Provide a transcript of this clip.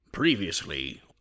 Previously